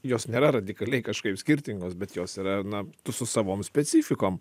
jos nėra radikaliai kažkaip skirtingos bet jos yra na tu su savom specifikom